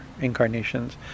incarnations